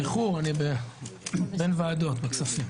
מחילה על האיחור, אני בין וועדות בכספים.